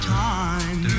time